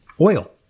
oil